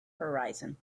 horizon